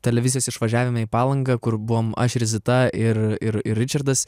televizijos išvažiavime į palangą kur buvom ašir zita ir ir ir ričardas